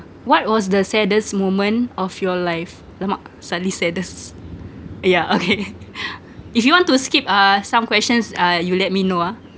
what was the saddest moment of your life !alamak! suddenly saddest yeah okay if you want to skip uh some questions uh you let me know ah